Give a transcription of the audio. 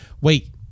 wait